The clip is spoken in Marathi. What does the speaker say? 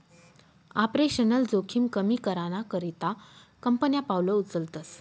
आपरेशनल जोखिम कमी कराना करता कंपन्या पावलं उचलतस